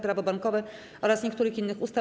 Prawo bankowe oraz niektórych innych ustaw.